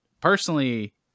Personally